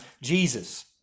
Jesus